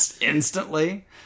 instantly